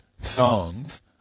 songs